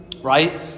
right